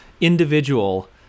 individual